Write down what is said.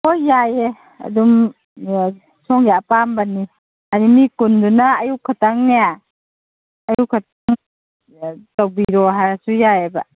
ꯍꯣꯏ ꯌꯥꯏꯌꯦ ꯑꯗꯨꯝ ꯁꯣꯝꯒꯤ ꯑꯄꯥꯝꯕꯅꯤ ꯍꯥꯏꯗꯤ ꯃꯤ ꯀꯨꯟꯗꯨꯅ ꯑꯌꯨꯛ ꯈꯛꯇꯪꯅꯦ ꯑꯌꯨꯛ ꯈꯛꯇꯪ ꯇꯧꯕꯤꯔꯣ ꯍꯥꯏꯔꯁꯨ ꯌꯥꯏꯌꯦꯕ